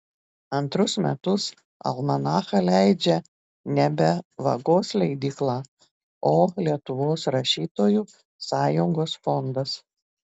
antrus metus almanachą leidžia nebe vagos leidykla o lietuvos rašytojų sąjungos fondas